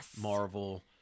Marvel